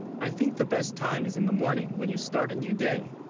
i think the best time is in the morning when you start a, new, day?